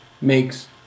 makes